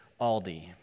Aldi